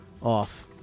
off